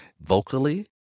vocally